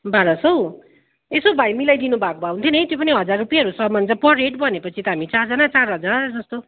बाह्र सय यसो भाइ मिलाइदिनु भएको भए हुन्थ्यो नि है त्यो पनि हजार रुपियाँहरूसम्म चाहिँ परहेड भनेपछि त हामी चारजना चार हजार जस्तो